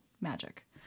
magic